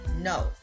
No